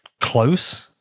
close